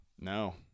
No